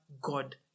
God